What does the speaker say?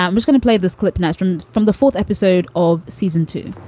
ah and we're going to play this clip natureand from the fourth episode of season two